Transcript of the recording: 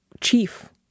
chief